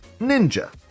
Ninja